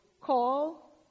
call